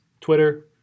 Twitter